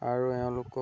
আৰু এওঁলোকক